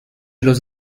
los